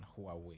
Huawei